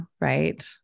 right